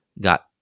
got